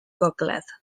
gogledd